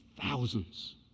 thousands